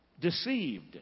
deceived